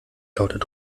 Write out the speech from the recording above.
lautet